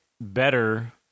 better